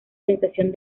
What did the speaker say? sensación